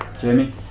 Jamie